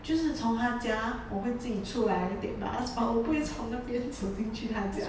就是从他家我会自己出来 take bus but 我不会从那边走进去他家